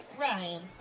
Ryan